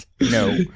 no